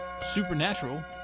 Supernatural